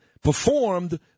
performed